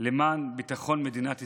למען ביטחון מדינת ישראל.